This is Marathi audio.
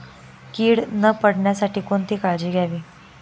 कीड न पडण्यासाठी कोणती काळजी घ्यावी?